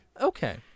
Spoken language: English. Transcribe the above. Okay